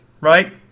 right